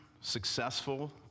successful